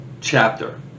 chapter